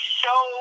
show